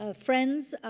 ah friends, ah